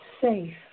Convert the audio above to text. safe